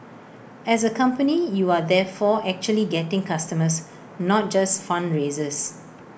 as A company you are therefore actually getting customers not just fundraisers